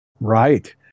Right